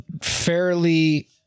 fairly